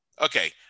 Okay